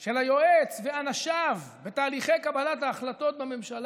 של היועץ ואנשיו בתהליכי קבלת ההחלטות בממשלה,